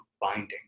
binding